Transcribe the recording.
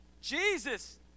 Jesus